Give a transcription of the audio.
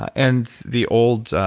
and the old